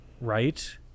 right